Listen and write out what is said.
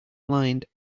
blind